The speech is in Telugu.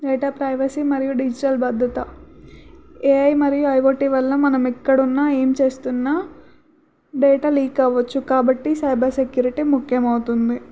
డేటా ప్రైవసీ మరియు డిజిటల్ బద్ధత ఏఐ మరియు ఐవోటి వల్ల మనం ఎక్కడున్నా ఏమి చేస్తున్నా డేటా లీక్ అవ్వచ్చు కాబట్టి సైబర్ సెక్యూరిటీ ముఖ్యమవుతుంది